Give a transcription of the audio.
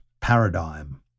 paradigm